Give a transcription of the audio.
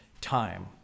time